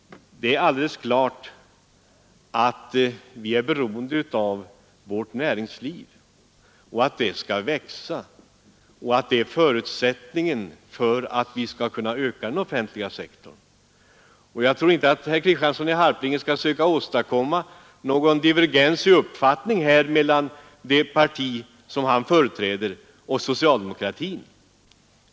Visst är vi beroende av vårt näringsliv. Det måste växa, och det är förutsättningen för att vi skall kunna öka den offentliga sektorn. Jag tycker inte herr Kristiansson i Harplinge skall söka åstadkomma någon divergens i uppfattningen mellan det parti han företräder och socialdemokratin.